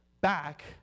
back